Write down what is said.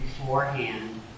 beforehand